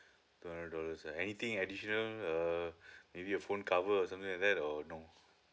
twenty dollars uh anything additional uh maybe a phone cover or something like that or no